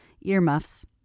earmuffs